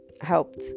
helped